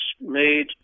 made